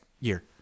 year